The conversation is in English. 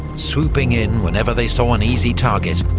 swooping in whenever they saw an easy target,